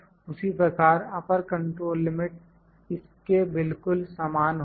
उसी प्रकार upper control limit इसके बिल्कुल समान होगी